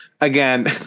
again